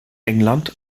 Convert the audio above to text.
england